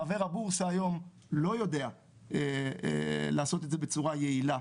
חבר הבורסה היום לא יודע לעשות את זה בצורה יעילה,